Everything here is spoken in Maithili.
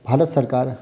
भारत सरकार